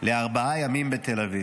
לארבעה ימים בתל אביב.